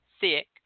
thick